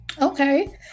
Okay